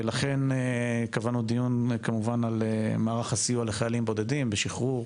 ולכן קבענו דיון כמובן על מערך הסיוע לחיילים בודדים בשחרור,